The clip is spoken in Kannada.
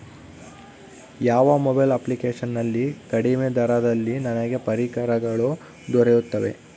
ಯಾವ ಮೊಬೈಲ್ ಅಪ್ಲಿಕೇಶನ್ ನಲ್ಲಿ ಕಡಿಮೆ ದರದಲ್ಲಿ ನನಗೆ ಪರಿಕರಗಳು ದೊರೆಯುತ್ತವೆ?